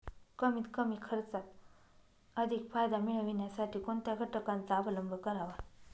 कमीत कमी खर्चात अधिक फायदा मिळविण्यासाठी कोणत्या घटकांचा अवलंब करावा?